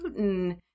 Putin